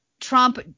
Trump